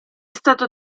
stato